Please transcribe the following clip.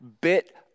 bit